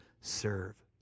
serve